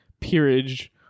peerage